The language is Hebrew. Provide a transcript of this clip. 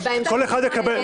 כל אחד יקבל.